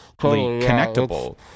connectable